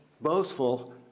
boastful